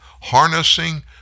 Harnessing